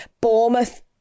Bournemouth